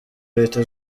leta